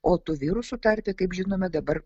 o tų virusų tarpe kaip žinome dabar